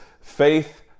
faith